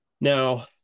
Now